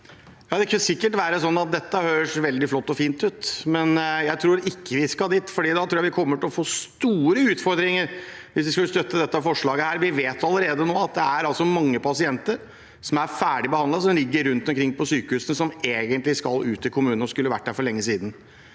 Dette kan sikkert høres veldig flott og fint ut, men jeg tror ikke vi skal dit, for jeg tror vi kommer til å få store utfordringer hvis vi støtter dette forslaget. Vi vet allerede nå at mange pasienter som er ferdigbehandlet, ligger rundt omkring på sykehusene. De skal egentlig ut i kommunene – og skulle vært der for lenge siden.